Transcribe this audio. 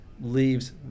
leaves